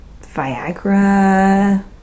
Viagra